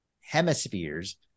hemispheres